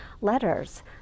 letters